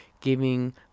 giving